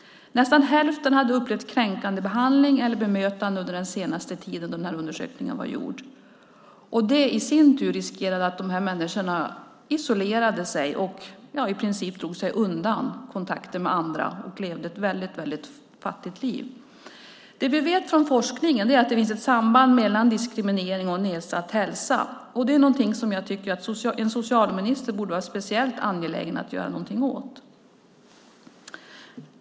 Nästan hälften har upplevt kränkande behandling eller bemötande under den tid undersökningen gjordes. Det i sin tur gör att människor riskerar att isolera sig, i princip dra sig undan kontakter med andra och leva ett fattigt liv. Det vi vet från forskningen är att det finns ett samband mellan diskriminering och nedsatt hälsa. Det är något som jag tycker att en socialminister borde vara speciellt angelägen att göra något åt.